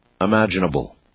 imaginable